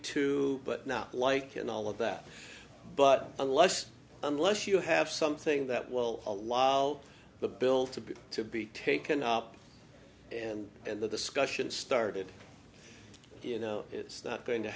to but not like and all of that but unless unless you have something that will allow the bill to be to be taken up and and the discussion started you know it's not going to